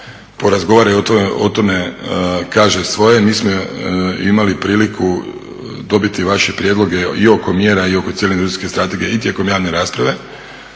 porazgovaraju o tome, kaže svoje. Mi smo imali priliku dobiti vaše prijedloge i oko mjera i oko cijele industrijske strategije i tijekom javne rasprave,